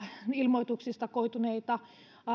ilmoituksista koituneita